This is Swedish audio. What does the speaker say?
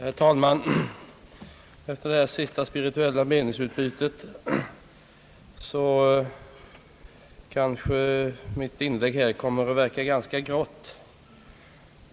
Herr talman! Efter det sista spirituclla meningsutbytet kommer kanske mitt inlägg att verka ganska grått.